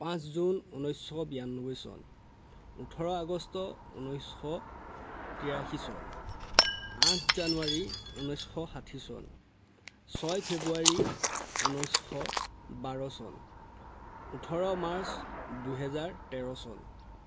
পাঁচ জুন ঊনৈছশ বিৰান্নবৈ চন ওঠৰ আগষ্ট ঊনৈছশ তিৰাশী চন আঠ জানুৱাৰী ঊনৈছশ ষাঠি চন ছয় ফেব্ৰুৱাৰী ঊনৈছশ বাৰ চন ওঠৰ মাৰ্চ দুহেজাৰ তেৰ চন